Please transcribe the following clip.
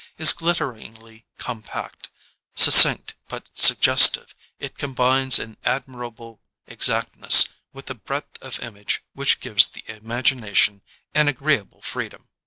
is glitteringly compact succinct but suggestive it combines an admirable exactness with a breadth of image which gives the imagination an agreeable freedom.